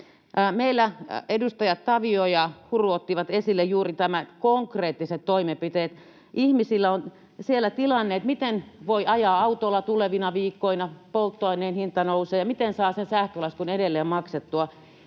Meillä edustajat Tavio ja Huru ottivat esille juuri nämä konkreettiset toimenpiteet. Ihmisillä on tilanne, että miten voi ajaa autolla tulevina viikkoina, polttoaineen hinta nousee, miten saa sen sähkölaskun edelleen maksettua